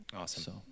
Awesome